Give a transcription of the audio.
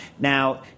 Now